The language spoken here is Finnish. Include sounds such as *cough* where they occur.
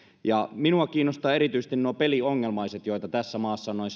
minua kiinnostavat erityisesti peliongelmaiset joita tässä maassa on noin *unintelligible*